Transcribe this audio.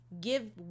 Give